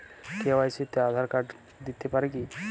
KYC তে Aadhaar card দিতে পারি কি?